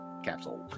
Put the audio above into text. capsule